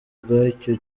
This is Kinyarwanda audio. ubwacyo